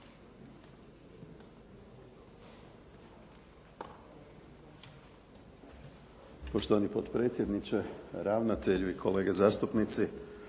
Poštovani potpredsjedniče, ravnatelju i kolege zastupnici.